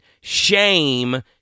Shame